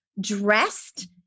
dressed